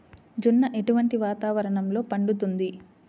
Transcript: జొన్న ఎటువంటి వాతావరణంలో పండుతుంది?